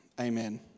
amen